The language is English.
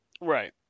Right